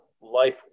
life